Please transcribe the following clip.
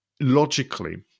logically